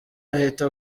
ahita